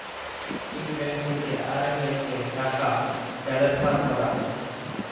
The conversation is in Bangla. ইক ব্যাংক থ্যাকে আরেক ব্যাংকে টাকা টেলেসফার ক্যরা